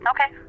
Okay